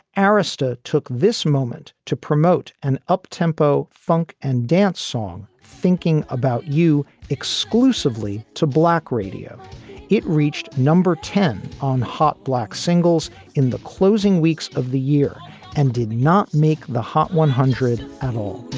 arista took this moment to promote an uptempo funk and dance song, thinking about you exclusively to black radio it reached number ten on hot black singles in the closing weeks of the year and did not make the hot one hundred at all